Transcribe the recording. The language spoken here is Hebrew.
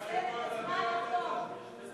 תנצל את הבמה לטוב.